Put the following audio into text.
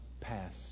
pass